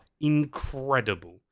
incredible